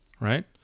right